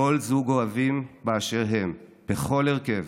כל זוג אוהבים באשר הם, בכל הרכב,